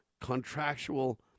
contractual